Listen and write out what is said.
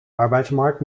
arbeidsmarkt